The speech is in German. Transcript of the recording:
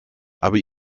aber